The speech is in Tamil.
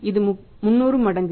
இது 300 மடங்கு